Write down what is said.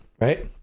right